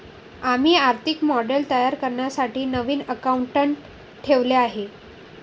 आम्ही आर्थिक मॉडेल तयार करण्यासाठी नवीन अकाउंटंट ठेवले आहे